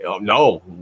No